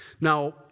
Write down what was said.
Now